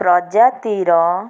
ପ୍ରଜାତିର